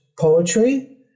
poetry